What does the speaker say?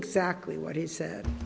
exactly what he said